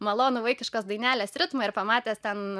malonų vaikiškos dainelės ritmą ir pamatęs ten